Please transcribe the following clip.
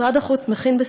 משרד החוץ מכין,